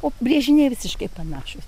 o brėžiniai visiškai panašūs